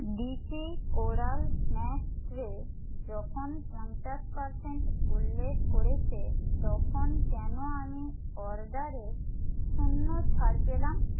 DP coral snack tray যখন পঞ্চাশ percent উল্লেখ করেছে তখন কেন আমি অর্ডারে শূন্য ছাড় পেলাম